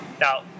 now